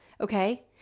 Okay